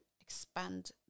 expand